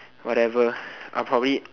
whatever I'll probably